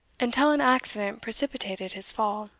until an accident precipitated his fall.